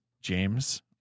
James